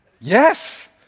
Yes